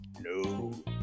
No